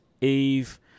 Eve